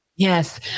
Yes